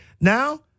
Now